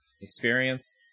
experience